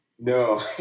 No